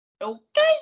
Okay